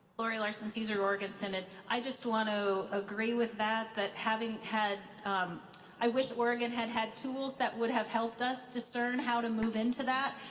lori larson caesar, oregon synod. i just want to agree with that, that having had i wish oregon had had tools that would have helped us discern how to move into that.